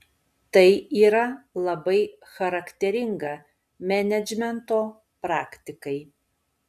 tai yra labai charakteringa menedžmento praktikai